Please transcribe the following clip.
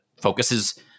focuses